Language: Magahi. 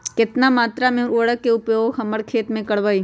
कितना मात्रा में हम उर्वरक के उपयोग हमर खेत में करबई?